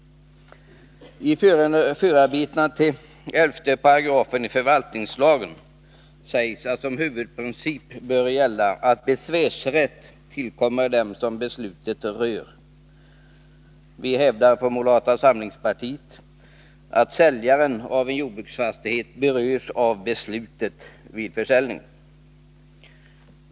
I förarbetena till 11 § förvaltningslagen sägs att som huvudprincip bör gälla att besvärsrätt tillkommer den som beslutet rör. Vi hävdar från moderata samlingspartiet att säljaren av en jordbruksfastighet berörs av beslutet vid försäljning.